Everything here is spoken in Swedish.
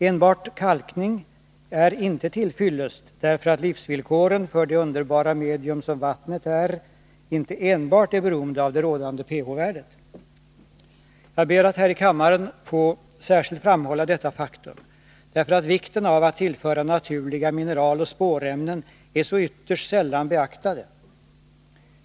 Enbart kalkning är inte till fyllest, därför att livsvillkoren för det underbara medium som vattnet är inte enbart är beroende av det rådande pH-värdet. Jag ber att här i kammaren få särskilt framhålla detta faktum, därför att vikten av att tillföra naturliga mineraloch spårämnen är så ytterst sällan beaktad.